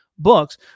books